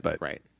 Right